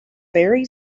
very